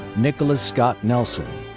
nicholas scott nelson.